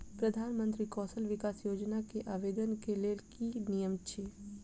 प्रधानमंत्री कौशल विकास योजना केँ आवेदन केँ लेल की नियम अछि?